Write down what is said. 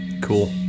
Cool